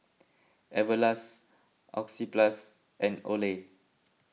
Everlast Oxyplus and Olay